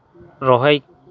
ᱨᱚᱦᱚᱭ